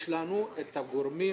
יש לנו את הגורמים